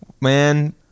Man